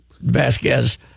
Vasquez